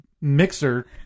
mixer